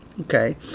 Okay